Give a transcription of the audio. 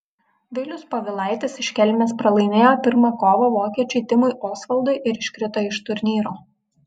vilius povilaitis iš kelmės pralaimėjo pirmą kovą vokiečiui timui osvaldui ir iškrito iš turnyro